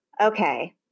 Okay